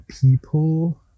people